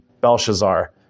Belshazzar